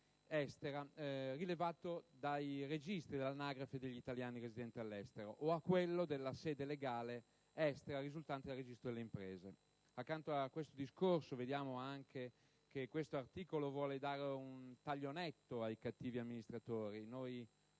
estera rilevato dai registri dell'anagrafe degli italiani residenti all'estero o a quello della sede legale estera risultante dal registro delle imprese. Oltre a questo tema vediamo anche che questo articolo vuole dare un taglio netto ai cattivi amministratori. Noi